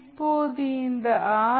இப்போது இந்த ஆர்